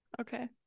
Okay